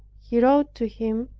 he wrote to him,